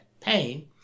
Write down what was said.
pain